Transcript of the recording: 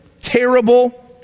terrible